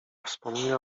wspomnienia